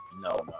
No